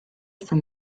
from